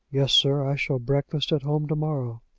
yes, sir i shall breakfast at home to-morrow.